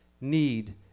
need